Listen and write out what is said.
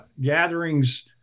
gatherings